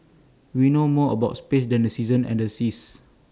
we know more about space than the seasons and the seas